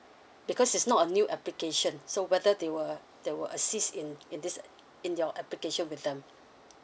because it's not a new application so whether they will they will assist in in this in your application with them